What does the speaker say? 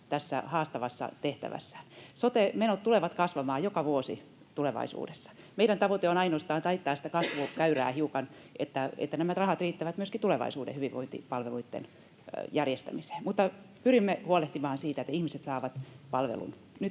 tässä haastavassa tehtävässään. Sote-menot tulevat kasvamaan joka vuosi tulevaisuudessa. Meidän tavoite on ainoastaan taittaa sitä kasvukäyrää hiukan, niin että nämä rahat riittävät myöskin tulevaisuuden hyvinvointipalveluitten järjestämiseen. Pyrimme huolehtimaan siitä, että ihmiset saavat palvelun